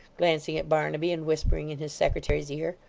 glancing at barnaby, and whispering in his secretary's ear,